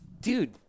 dude